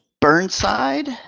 Burnside